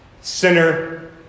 sinner